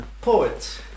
Poets